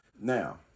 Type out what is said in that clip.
Now